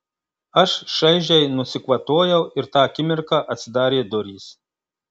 aš šaižiai nusikvatojau ir tą akimirką atsidarė durys